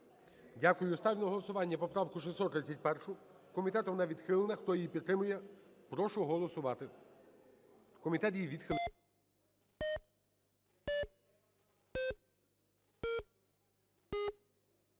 Дякую. Ставлю на голосування поправку 631. Комітетом вона відхилена. Хто її підтримує, прошу голосувати.